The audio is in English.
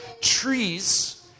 trees